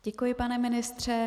Děkuji, pane ministře.